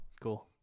Cool